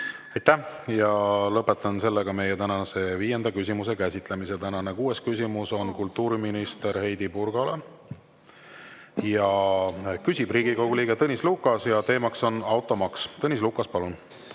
Aitäh! Lõpetan viienda küsimuse käsitlemise. Tänane kuues küsimus on kultuuriminister Heidy Purgale. Küsib Riigikogu liige Tõnis Lukas ja teema on automaks. Tõnis Lukas, palun!